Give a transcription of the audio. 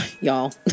y'all